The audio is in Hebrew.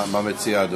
מה אדוני מציע?